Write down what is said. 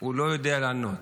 הוא לא יודע לענות.